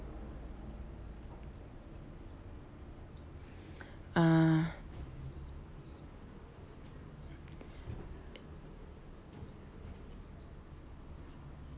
ah